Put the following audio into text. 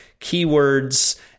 keywords